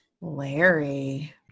Larry